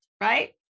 right